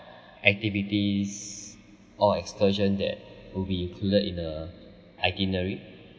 activities or excursion that will be included in the itinerary